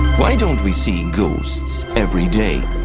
why don't we see ghosts everyday?